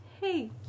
hey